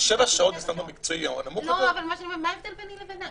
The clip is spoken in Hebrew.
מה ההבדל ביני לבינה?